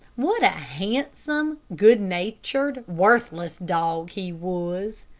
what a handsome, good-natured, worthless dog he was.